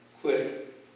quit